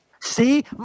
See